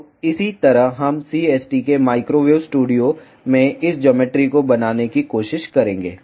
तो इसी तरह हम CST के माइक्रोवेव स्टूडियो में इस ज्योमेट्री को बनाने की कोशिश करेंगे